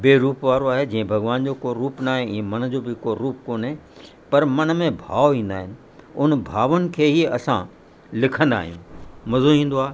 ॿिए रूप वारो आहे जीअं भॻवान जो को रूप न आहे ईअं मन जो बि कोई रूप कोन्हे पर मन में भाव ईंदा आहिनि उन भावुनि खे ई असां लिखंदा आहियूं मज़ो ईंदो आहे